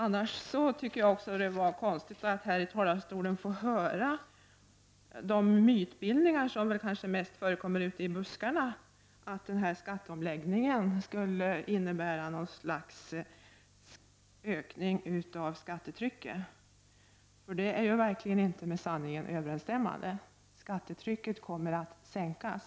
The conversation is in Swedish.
Jag tyckte att det var konstigt att här från talarstolen få höra exempel på de mytbildningar som kanske annars mest förekommer ute i buskarna, de som går ut på att skatteomläggningen skulle innebära en ökning av skattetrycket. Detta är ju verkligen inte med sanningen överensstämmande. Skattetrycket kommer i stället att sänkas.